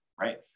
right